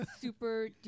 super